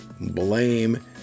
blame